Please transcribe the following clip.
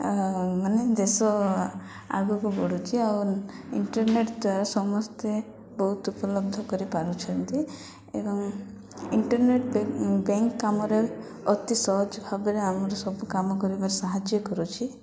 ମାନେ ଦେଶ ଆଗକୁ ବଢ଼ୁଛି ଆଉ ଇଣ୍ଟରନେଟ୍ ଦ୍ୱାରା ସମସ୍ତେ ବହୁତ ଉପଲବ୍ଧ କରିପାରୁଛନ୍ତି ଏବଂ ଇଣ୍ଟରନେଟ୍ ବ୍ୟାଙ୍କ କାମରେ ଅତି ସହଜ ଭାବରେ ଆମର ସବୁ କାମ କରିବାରେ ସାହାଯ୍ୟ କରୁଛି